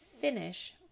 finish